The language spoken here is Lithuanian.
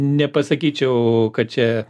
nepasakyčiau kad čia